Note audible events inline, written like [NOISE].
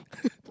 [LAUGHS]